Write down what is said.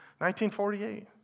1948